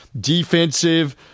defensive